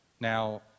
Now